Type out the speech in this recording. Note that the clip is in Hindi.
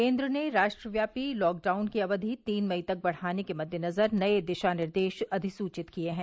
केंद्र ने राष्ट्रव्यापी लॉकडाउन की अवधि तीन मई तक बढ़ाने के मद्देनजर नए दिशानिर्देश अधिसुचित किए हैं